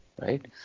right